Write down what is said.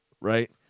right